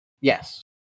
Yes